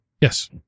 Yes